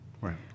Right